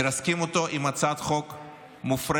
מרסקים אותו עם הצעת חוק מופרכת,